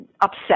upset